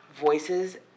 voices